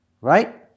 right